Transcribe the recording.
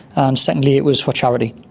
and secondly it was for charity.